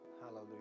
Hallelujah